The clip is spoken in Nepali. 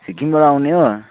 सिक्किमबाट आउने हो